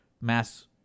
mass